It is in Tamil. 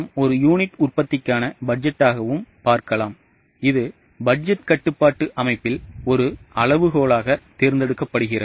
ஒரு யூனிட் உற்பத்திக்கான பட்ஜெட்டாகவும் இதை நாம் பார்க்கலாம் இது பட்ஜெட் கட்டுப்பாட்டு அமைப்பில் ஒரு அளவுகோலாக தேர்ந்தெடுக்கப்படுகிறது